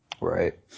Right